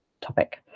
topic